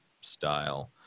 style